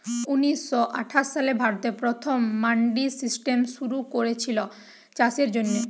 ঊনিশ শ আঠাশ সালে ভারতে প্রথম মান্ডি সিস্টেম শুরু কোরেছিল চাষের জন্যে